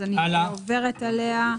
אז אני עוברת עליה.